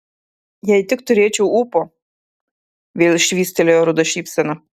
jei tik turėčiau ūpo vėl švystelėjo ruda šypsena